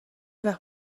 وقت